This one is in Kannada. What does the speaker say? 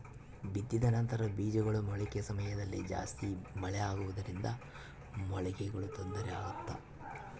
ಬಿತ್ತಿದ ನಂತರ ಬೇಜಗಳ ಮೊಳಕೆ ಸಮಯದಲ್ಲಿ ಜಾಸ್ತಿ ಮಳೆ ಆಗುವುದರಿಂದ ಮೊಳಕೆಗೆ ತೊಂದರೆ ಆಗುತ್ತಾ?